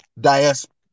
diaspora